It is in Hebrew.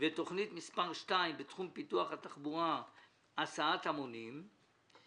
ותכנית מספר 2 בתחום פיתוח התחבורה (הסעת המונים)."